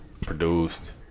produced